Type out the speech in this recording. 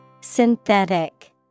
Synthetic